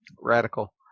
Radical